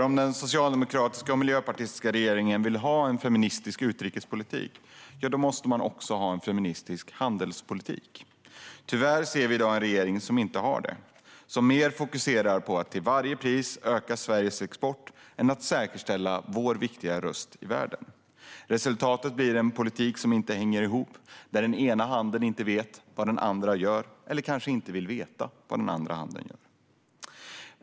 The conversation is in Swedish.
Om den socialdemokratiska och miljöpartistiska regeringen vill ha en feministisk utrikespolitik måste man också ha en feministisk handelspolitik. Tyvärr ser vi i dag en regering som inte har det. Detta är en regering som fokuserar mer på att till varje pris öka Sveriges export än på att säkerställa vår viktiga röst i världen. Resultatet blir en politik som inte hänger ihop, där den ena handen inte vet - eller kanske inte vill veta - vad den andra handen gör.